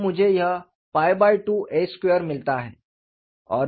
तो मुझे यह 2a2 मिलता है